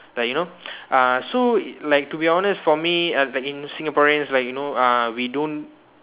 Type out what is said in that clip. like you know uh so like to be honest for me uh in Singaporeans like you know we don't